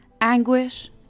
anguish